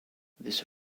this